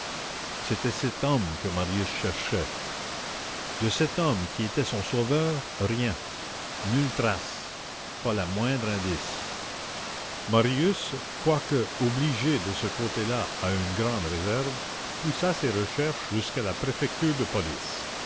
c'était cet homme que marius cherchait de cet homme qui était son sauveur rien nulle trace pas le moindre indice marius quoique obligé de ce côté-là à une grande réserve poussa ses recherches jusqu'à la préfecture de police